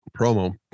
promo